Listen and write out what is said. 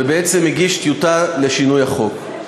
ובעצם הגיש טיוטה לשינוי החוק.